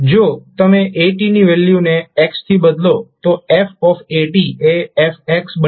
જો તમે at ની વેલ્યુને x થી બદલો તો f એ f બની જશે